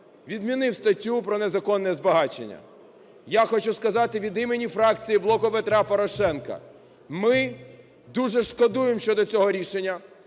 відмінив статтю про незаконне збагачення. Я хочу сказати від імені фракції "Блоку Петра Порошенка": ми дуже шкодуємо щодо цього рішення.